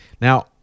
Now